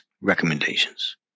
recommendations